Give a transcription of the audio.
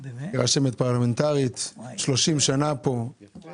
היא רשמת פרלמנטרית שנמצאת פה כבר 30 שנים.